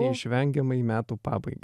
neišvengiamai metų pabaigai